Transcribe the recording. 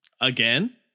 again